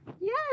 Yes